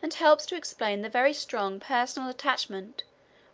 and helps to explain the very strong personal attachment